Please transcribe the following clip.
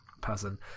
person